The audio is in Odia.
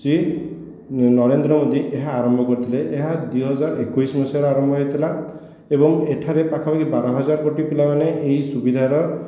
ଶ୍ରୀ ନରେନ୍ଦ୍ର ମୋଦି ଏହା ଆରମ୍ଭ କରିଥିଲେ ଏହା ଦୁଇ ହଜାର ଏକୋଇଶ ମସିହାରେ ଆରମ୍ଭ ହୋଇଥିଲା ଏବଂ ଏଠାରେ ପାଖାପାଖି ବାର ହଜାର କୋଟି ପିଲାମାନେ ଏହି ସୁବିଧାର